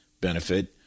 benefit